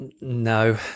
No